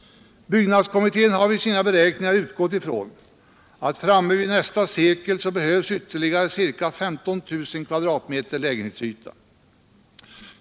Byggnadskommittén har vid sina beräkningar utgått ifrån att framme vid nästa sekel behövs ytterligare ca 15 000 kvm lägenhetsyta.